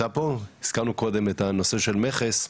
הזכרנו קודם את הנושא של מכס,